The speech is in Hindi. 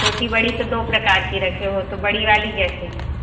छोटी बड़ी तो दो प्रकार की रखे हो तो बड़ी वाली कैसी हैं